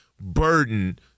burden